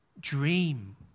Dream